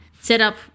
Setup